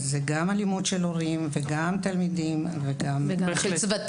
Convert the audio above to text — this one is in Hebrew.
זה גם אלימות של הורים, וגם תלמידים, וצוותים.